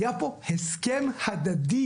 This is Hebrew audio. היה פה הסכם הדדי.